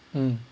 mm